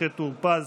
משה טור פז,